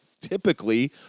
typically